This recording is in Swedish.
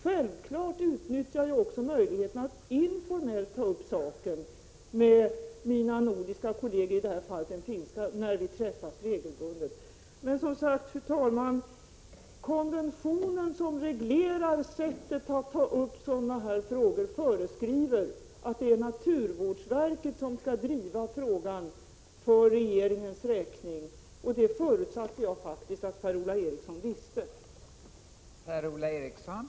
Självfallet utnyttjar jag också möjligheten att informellt ta upp saken med mina nordiska kolleger — i det här fallet mina finska kolleger — när vi träffas regelbundet. Fru talman! Konventionen som reglerar det sätt på vilket sådana här frågor skall tas upp föreskriver att naturvårdsverket skall driva frågan för regeringens räkning. Det förutsatte jag faktiskt att Per-Ola Eriksson visste.